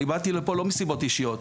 אני באתי לפה לא מסיבות אישיות,